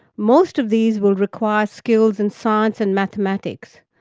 most of these will require skills in science and mathematics,